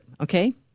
okay